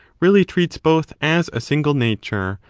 really treats both as a single nature,